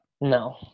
No